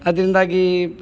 ಅದರಿಂದಾಗಿ